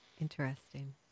Interesting